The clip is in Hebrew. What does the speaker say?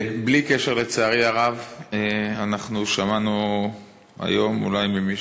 בלי קשר, לצערי הרב, אנחנו שמענו היום, אולי ממי